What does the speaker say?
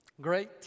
Great